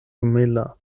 humila